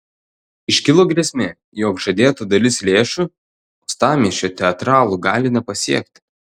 iškilo grėsmė jog žadėta dalis lėšų uostamiesčio teatralų gali nepasiekti